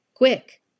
Quick